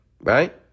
Right